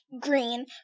Green